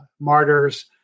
martyrs